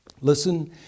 Listen